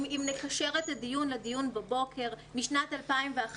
אם נקשר את הדיון לדיון בבוקר: משנת 2011,